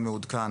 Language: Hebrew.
המעודכן